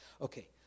Okay